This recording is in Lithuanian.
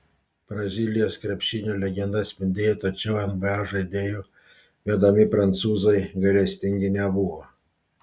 brazilijos krepšinio legenda spindėjo tačiau nba žaidėjų vedami prancūzai gailestingi nebuvo